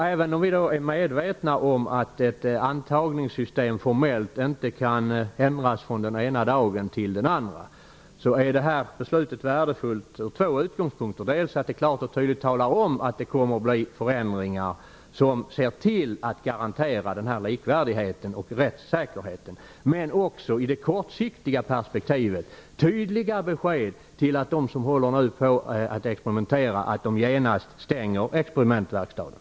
Även om vi är medvetna om att ett antagningssystem formellt inte kan ändras från den ena dagen till den andra är det här beslutet värdefullt från två utgångspunkter: dels därför att det klart och tydligt visar att det kommer att ske förändringar för att garantera likvärdigheten och rättssäkerheten, dels därför att det kortsiktiga perspektivet ger tydliga besked till dem som nu håller på att experimentera att de genast skall stänga experimentverkstaden.